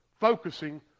focusing